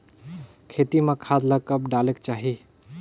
खेती म खाद ला कब डालेक चाही?